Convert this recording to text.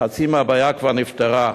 חצי מהבעיה כבר נפתרה.